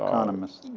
economist.